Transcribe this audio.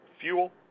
fuel